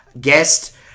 guest